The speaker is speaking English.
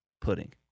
Pudding